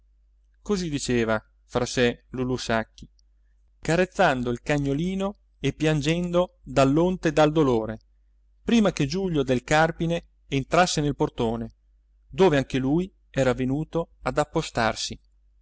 così diceva fra sé lulù sacchi carezzando il cagnolino e piangendo dall'onta e dal dolore prima che giulio del carpine entrasse nel portone dove anche lui era venuto ad appostarsi